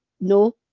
no